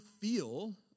feel